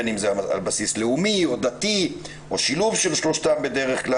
בין אם זה על בסיס לאומי או דתי או שילוב של שלושתם בדרך כלל.